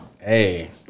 Hey